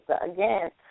again